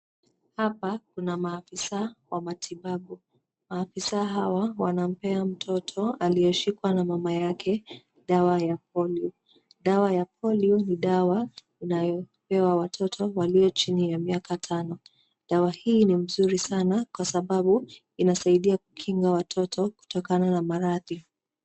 Hapa kuna maafisaa wa matibabu. Maafisaa hawa wanampea mtoto aliyeshikwa na mama yake dawa ya polio. Dawa ya polio ni dawa inayopewa watoto walio chini ya miaka tano. Dawa hii ni mzuri sana kwa sababu inasaidia kukinga watoto kutokana na maradhi.